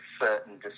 certain